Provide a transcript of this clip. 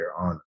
on